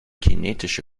kinetische